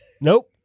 Nope